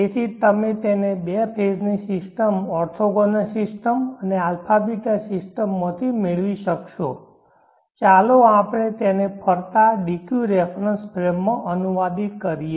તેથી તમે તેને બે ફેઝ ની સિસ્ટમ ઓર્થોગોનલ સિસ્ટમ અને α β સિસ્ટમમાંથી મેળવી શકશો ચાલો આપણે તેને ફરતા d q રેફરન્સ ફ્રેમમાં અનુવાદિત કરીએ